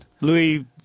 Louis